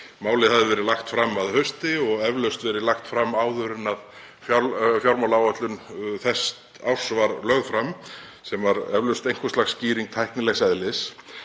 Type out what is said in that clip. Málið hafði verið lagt fram að hausti og eflaust verið lagt fram áður en fjármálaáætlun þessa árs var lögð fram, sem var eflaust einhvers lags skýring tæknilegs eðlis.